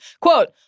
Quote